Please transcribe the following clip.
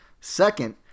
Second